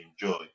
enjoy